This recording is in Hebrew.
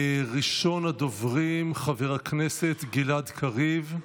ראשון הדוברים, חבר הכנסת גלעד קריב.